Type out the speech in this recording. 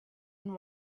and